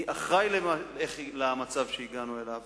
מי אחראי למצב שהגענו אליו,